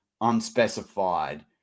unspecified